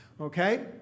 okay